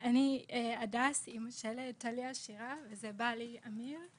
הדס, אימא של טליה שירה וזה בעלי אמיר.